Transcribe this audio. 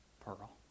pearl